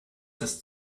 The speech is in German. das